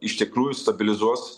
iš tikrųjų stabilizuos